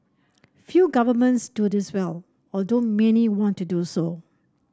few governments do this well although many want to do so